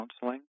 counseling